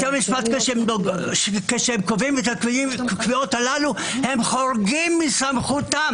משפט כשהם קובעים את הקביעות הללו חורגים מסמכותם